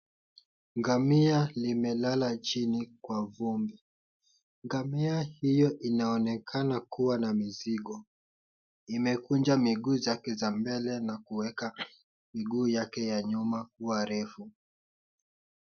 Ngamia limelala chini kwa vumbi. Ngamia hiyo inaonekana kuwa na mizigo. Imekunja miguu zake za mbele na kuweka miguu yake ya nyuma kuwa refu.